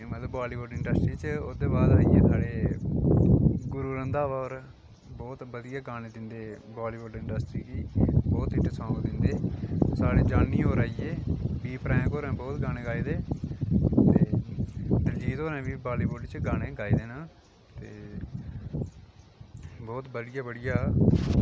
Bollywood industry च ओह्दे बाद साढ़े गूरू रंधावा होर बोहुत बधियै गाने दिंदे बाॅलीवुड़ इंडस्ट्री गी बहुत हिट साॅंग दिंदे साढ़े जानी होर आईये बी प्राक होरे बहुत गाने गाए दे ते दिलजीत होरें बी बाॅलीवुड च गाने गाए दे न ते बहुत बढ़िया बढ़िया